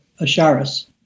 Asharis